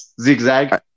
zigzag